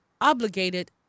obligated